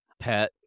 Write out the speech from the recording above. Pet